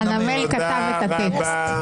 חנמאל כתב את הטקסט.